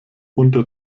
unter